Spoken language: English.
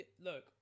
look